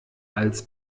als